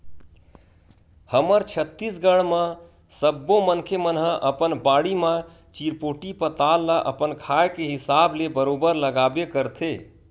हमर छत्तीसगढ़ म सब्बो मनखे मन ह अपन बाड़ी म चिरपोटी पताल ल अपन खाए के हिसाब ले बरोबर लगाबे करथे